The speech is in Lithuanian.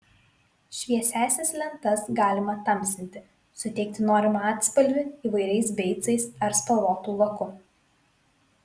šviesiąsias lentas galima tamsinti suteikti norimą atspalvį įvairiais beicais ar spalvotu laku